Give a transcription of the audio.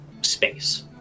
space